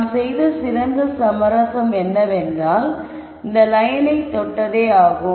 நாம் செய்த சிறந்த சமரசம் என்னவென்றால் இந்த லயனை தொட்டதே ஆகும்